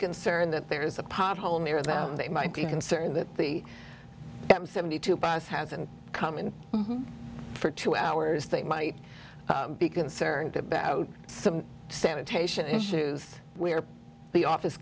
concerned that there is a pothole near them they might be concerned that the seventy two bus hasn't come in for two hours they might be concerned about some sanitation issues where the office